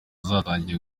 zatangiye